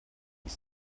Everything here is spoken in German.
ich